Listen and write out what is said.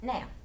Now